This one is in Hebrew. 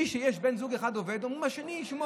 מי שיש לו בן זוג שעובד, אומרים: שהשני ישמור.